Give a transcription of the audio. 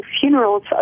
funerals